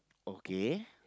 okay